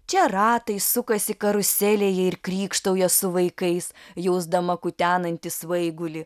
čia ratai sukasi karuselėje ir krykštauja su vaikais jausdama kutenantį svaigulį